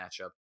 matchup